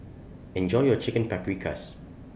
Enjoy your Chicken Paprikas